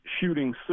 Shooting